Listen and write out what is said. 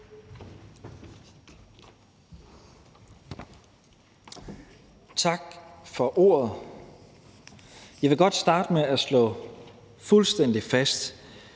Tak for ordet. Jeg vil godt starte med at slå fuldstændig fast,